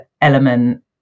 element